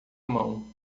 mão